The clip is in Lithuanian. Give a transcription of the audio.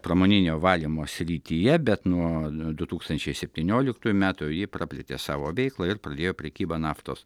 pramoninio valymo srityje bet nuo du tūkstančiai septynioliktųjų metų ji praplėtė savo veiklą ir pradėjo prekybą naftos